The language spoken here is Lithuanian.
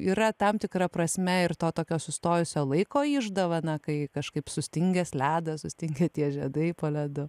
yra tam tikra prasme ir to tokio sustojusio laiko išdava na kai kažkaip sustingęs ledas sustingę tie žiedai po ledu